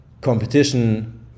competition